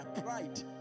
Pride